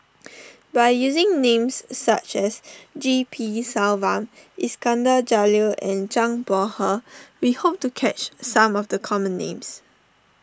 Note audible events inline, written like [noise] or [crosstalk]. [noise] by using names such as G P Selvam Iskandar Jalil and Zhang Bohe we hope to catch some of the common names